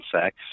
sex